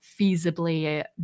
feasibly